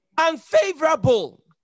Unfavorable